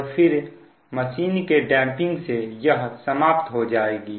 और फिर मशीन के डैंपिंग से यह समाप्त हो जाएगी